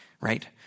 right